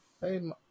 Hey